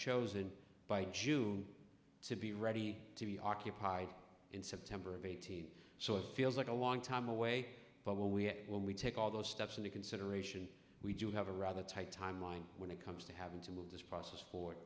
chosen by june to be ready to be occupied in september of eighteen so it feels like a long time away but when we when we take all those steps into consideration we do have a rather tight timeline when it comes to having to move this process for